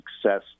success